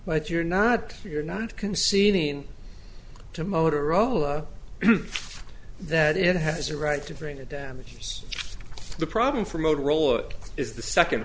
but you're not you're not conceding to motorola that it has a right to bring it damages the problem for motorola is the second